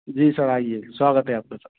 जी sir आइए स्वागत है आपका सर